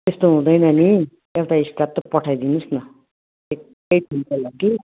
त्यस्तो हुँदैन नि एउटा स्टाफ त पठाइदिनुहोस् न एकैछिनको लागि